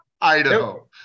Idaho